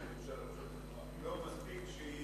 לא מספיק שהיא